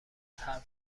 حرف